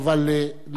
אני,